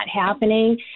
happening